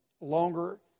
longer